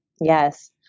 Yes